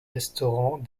restaurants